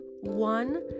one